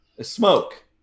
Smoke